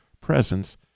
presence